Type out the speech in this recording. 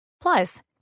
Plus